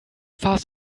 fast